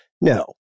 No